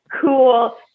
cool